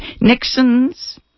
Nixon's